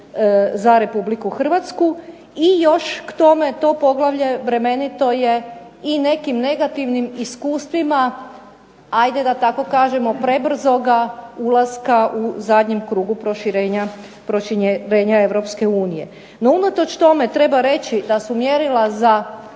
za Republiku Hrvatsku i još k tome to poglavlje bremenito je i nekim negativnim iskustvima, hajde da tako kažemo prebrzoga ulaska u zadnjem krugu proširenja Europske unije. No unatoč tome treba reći da su mjerila za